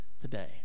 today